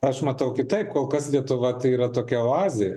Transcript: aš matau kitaip kol kas lietuva tai yra tokia oazė